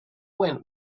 went